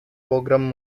program